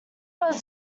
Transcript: was